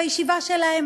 בישיבה שלהם,